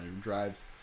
drives